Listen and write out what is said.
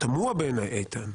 שתמוה בעיני, איתן,